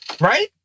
right